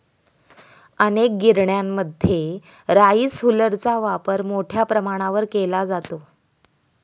अनेक गिरण्यांमध्ये राईस हुलरचा वापर मोठ्या प्रमाणावर केला जातो